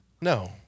No